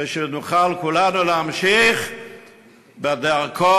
ושנוכל כולנו להמשיך בדרכו,